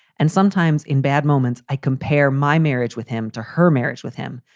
and sometimes in bad moments, i compare my marriage with him to her marriage with him,